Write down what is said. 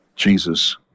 Jesus